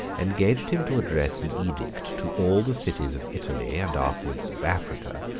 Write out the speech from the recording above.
engaged him to address an edict to all the cities of italy, and afterwards of africa,